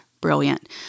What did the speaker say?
brilliant